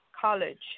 college